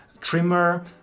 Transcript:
trimmer